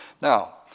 Now